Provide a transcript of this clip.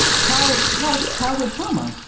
child, child, childhood trauma.